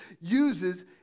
uses